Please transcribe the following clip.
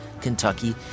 Kentucky